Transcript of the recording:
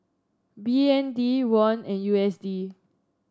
B N D Won and U S D